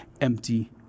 empty